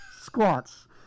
Squats